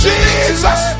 Jesus